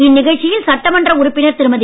இந்நிகழ்ச்சியில் சட்டமன்ற உறுப்பினர் திருமதி